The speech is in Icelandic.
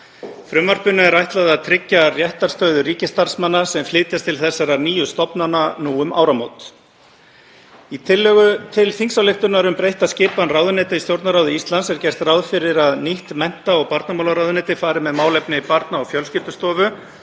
Frumvarpinu er ætlað að tryggja réttarstöðu ríkisstarfsmanna sem flytjast til þessara nýju stofnana nú um áramót. Í tillögu til þingsályktunar um breytta skipan ráðuneyta í Stjórnarráði Íslands er gert ráð fyrir að nýtt mennta- og barnamálaráðuneytið fari með málefni Barna- og fjölskyldustofu